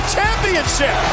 Championship